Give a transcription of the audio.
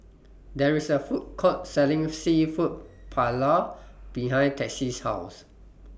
There IS A Food Court Selling Seafood Paella behind Tessie's House